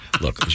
Look